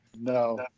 No